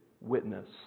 witness